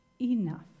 enough